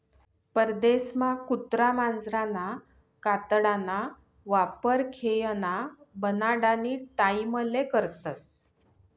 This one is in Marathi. परदेसमा कुत्रा मांजरना कातडाना वापर खेयना बनाडानी टाईमले करतस